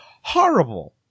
horrible